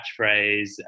Catchphrase